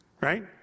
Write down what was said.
right